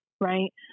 right